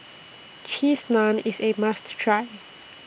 Cheese Naan IS A must Try